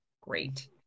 great